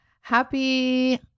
Happy